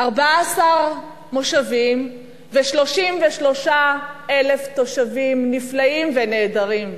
14 מושבים ו-33,000 תושבים נפלאים ונהדרים.